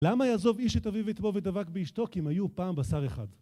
למה יעזוב איש את אביו ואת אימו ודבק באשתו, כי הם היו פעם בשר אחד.